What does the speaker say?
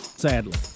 sadly